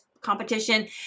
competition